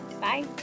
Bye